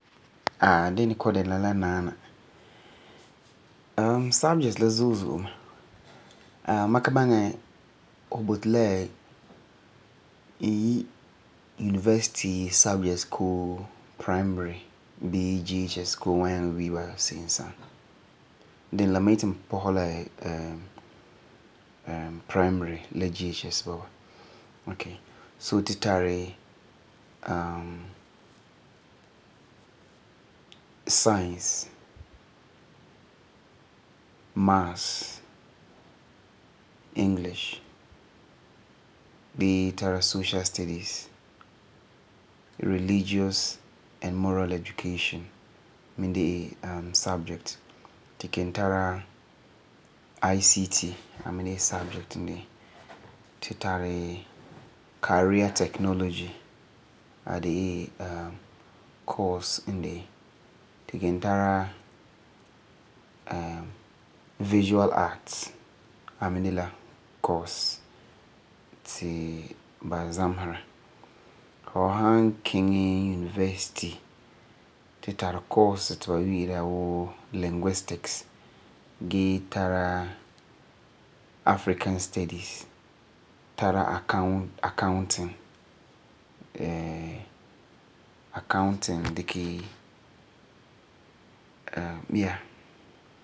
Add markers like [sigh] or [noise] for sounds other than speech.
Ahh, dini kɔ'ɔm dɛna la naana. [hesitation] subjects la zo'e zo'e [hesitation] ma ka baŋɛ fu boti la n yi university subjects bii primary bii JhS koo n wa nyaŋɛ yi ba seem sa'am. Dini la, ma yeti n pɔsɛ la [hesitation] primary la jhs bɔba. Okay, so tu tari [hesitation] science, maths, English gee tara social studies, religious and moral education mi de'e subject. Tu ken tara ICT, a mi de'e subject n de'e. Tu tari career technology a de la course n de'e. Hu san kiŋɛ university, tu tari course ti ba yi'ira wuu linguistics gee tara African studies, tara accounting [hesitation] accounting diki [hesitation] Yuh!